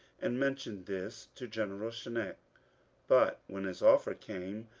and mentioned this to general schenck but when his offer came,